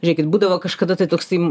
žiūrėkit būdavo kažkada tai toksai